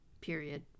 period